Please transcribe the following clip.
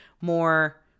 more